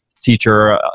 teacher